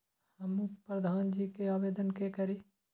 हमू प्रधान जी के आवेदन के करी?